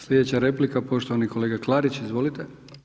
Slijedeća replika poštovani kolega Klarić, izvolite.